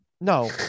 No